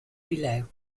below